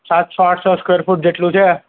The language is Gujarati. સાતસો આઠસો સ્વેકર ફૂટ જેટલું છે